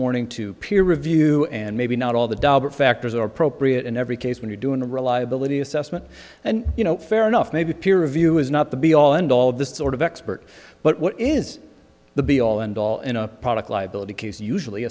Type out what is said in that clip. morning to peer review and maybe not all the factors are appropriate in every case when you're doing the reliability assessment and you know fair enough maybe a peer review is not the be all end all this sort of expert but what is the be all end all in a product liability case usually